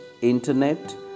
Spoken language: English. internet